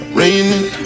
raining